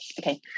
okay